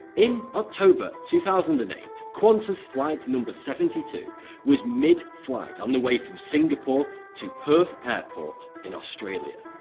in october two thousand and eight qantas flight number seventy two was midflight on the way from singapore to perth airport in australia.